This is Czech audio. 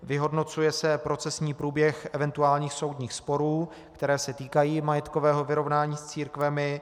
Vyhodnocuje se procesní průběh eventuálních soudních sporů, které se týkají majetkového vyrovnání s církvemi.